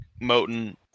Moten